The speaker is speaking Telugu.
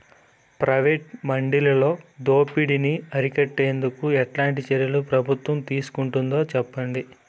ప్రైవేటు మండీలలో దోపిడీ ని అరికట్టేందుకు ఎట్లాంటి చర్యలు ప్రభుత్వం తీసుకుంటుందో చెప్పండి?